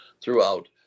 throughout